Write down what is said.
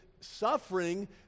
suffering